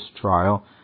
trial